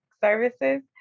services